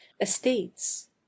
estates